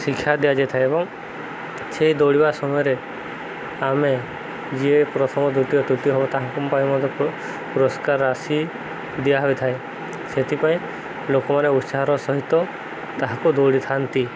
ଶିକ୍ଷା ଦିଆଯାଇଥାଏ ଏବଂ ସେଇ ଦୌଡ଼ିବା ସମୟରେ ଆମେ ଯିଏ ପ୍ରଥମ ଦ୍ଵିତୀୟ ତୃତୀୟ ହେବ ତାହାଙ୍କ ପାଇଁ ମଧ୍ୟ ପୁରସ୍କାର ରାଶି ଦିଆ ହୋଇଥାଏ ସେଥିପାଇଁ ଲୋକମାନେ ଉତ୍ସାହାର ସହିତ ତାହାକୁ ଦୌଡ଼ିଥାନ୍ତି